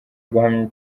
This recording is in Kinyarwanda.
guhamwa